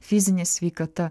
fizinė sveikata